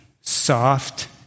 soft